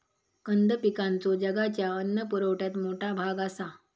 कंद पिकांचो जगाच्या अन्न पुरवठ्यात मोठा भाग आसा